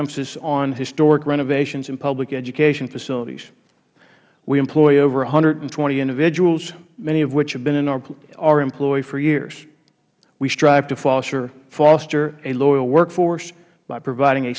emphasis on historic renovations and public education facilities we employ over one hundred and twenty individuals many of which have been in our employ for years we strive to foster a loyal work force by providing a